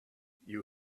you